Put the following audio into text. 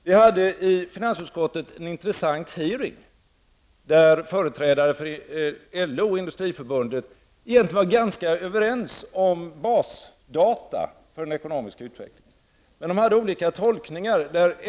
Vi hade i finansutskottet en intressant hearing, där företrädare för LO och Industriförbundet egentligen var ganska överens om basdata för den ekonomiska utvecklingen. Men de gjorde olika tolkningar.